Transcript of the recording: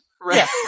Right